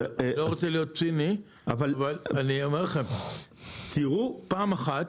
אני אומר לכם, תראו פעם אחת